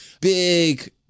big